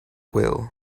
will